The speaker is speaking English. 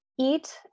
eat